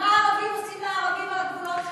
אנחנו רואים מה ערבים עושים לערבים על הגבולות שלנו,